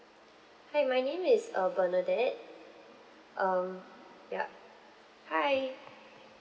hi my name is uh bernadette um yup hi